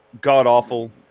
god-awful